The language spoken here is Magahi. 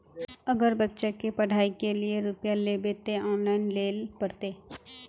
अगर बच्चा के पढ़ाई के लिये रुपया लेबे ते ऑनलाइन लेल पड़ते?